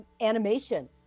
animation